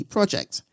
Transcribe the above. Project